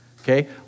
okay